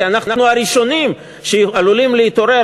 כי אנחנו הראשונים שעלולים להתעורר,